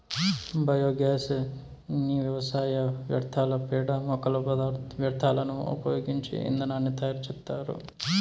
biogas ని వ్యవసాయ వ్యర్థాలు, పేడ, మొక్కల వ్యర్థాలను ఉపయోగించి ఇంధనాన్ని తయారు చేత్తారు